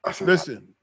Listen